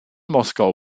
moskau